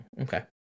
okay